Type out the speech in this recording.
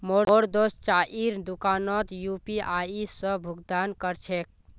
मोर दोस्त चाइर दुकानोत यू.पी.आई स भुक्तान कर छेक